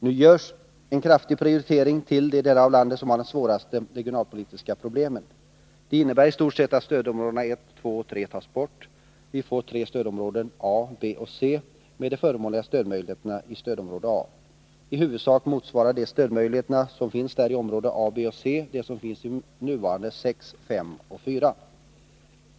Nu görs en kraftig prioritering av de delar av landet som har de svåraste regionalpolitiska problemen. Det innebär istort sett att stödområdena 1, 2 och 3 tas bort. Vi får tre stödområden A,B och C —- med de förmånligaste stödmöjligheterna i stödområde A. I huvudsak motsvarar de stödmöjligheter som finns i områdena A, B och C de som finns i nuvarande 6, 5 och 4.